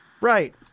Right